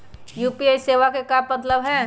UPI सेवा के का मतलब है?